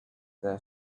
their